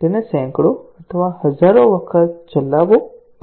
તેને સેંકડો અથવા હજારો વખત ચલાવવો પડી શકે છે